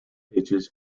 pages